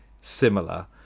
similar